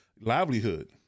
livelihood